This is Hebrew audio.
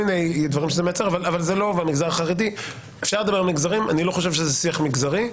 ואני לא חושב שזה שיח מגזרי.